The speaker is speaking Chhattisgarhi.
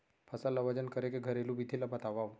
फसल ला वजन करे के घरेलू विधि ला बतावव?